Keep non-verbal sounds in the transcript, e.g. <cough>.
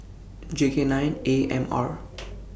J K nine A M R <noise>